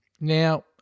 Now